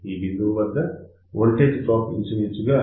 ఈ బిందువు వద్ద వోల్టేజ్ డ్రాప్ ఇంచుమించుగా 0